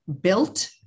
built